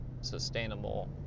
sustainable